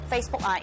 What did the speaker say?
Facebook